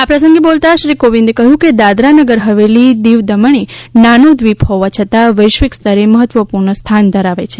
આ પ્રસંગે બોલતા શ્રી કોવિંદે કહ્યું કે દાદરાનગર હવેલી દીવ દમણે નાનો દ્વીપ હોવા છતાં વૈશ્વિક સ્તરે મહત્વપૂર્ણ સ્થાન મેળવ્યું છે